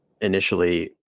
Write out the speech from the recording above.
initially